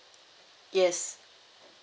yes